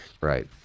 Right